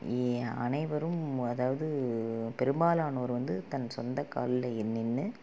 அனைவரும் அதாவது பெரும்பாலானோர் வந்து தன் சொந்த கால்லேயே நின்று